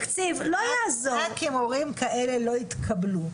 רק אם מורים כאלה לא יתקבלו,